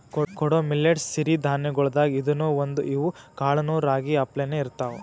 ಕೊಡೊ ಮಿಲ್ಲೆಟ್ ಸಿರಿ ಧಾನ್ಯಗೊಳ್ದಾಗ್ ಇದೂನು ಒಂದು, ಇವ್ ಕಾಳನೂ ರಾಗಿ ಅಪ್ಲೇನೇ ಇರ್ತಾವ